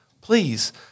please